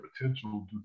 potential